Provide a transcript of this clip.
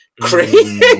crazy